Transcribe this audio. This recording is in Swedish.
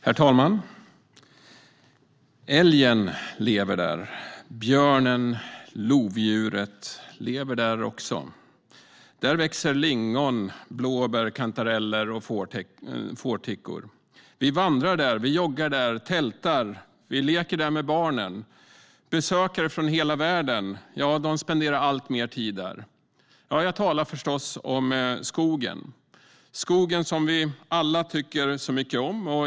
Herr talman! Älgen lever där. Björnen och lodjuret lever där också. Där växer lingon, blåbär, kantareller och fårtickor. Vi vandrar där, vi joggar där, vi tältar där, vi leker där med barnen. Besökande från hela världen spenderar alltmer tid där. Jag talar förstås om skogen, skogen som vi alla tycker så mycket om.